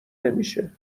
نمیشه